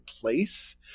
place